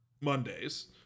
Mondays